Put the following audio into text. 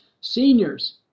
Seniors